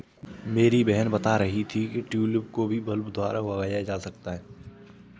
मेरी बहन बता रही थी कि ट्यूलिप को बल्ब द्वारा भी उगाया जा सकता है